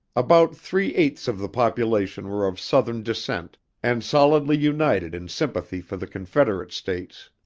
about three-eighths of the population were of southern descent and solidly united in sympathy for the confederate states.